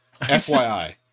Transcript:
fyi